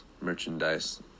merchandise